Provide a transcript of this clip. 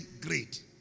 great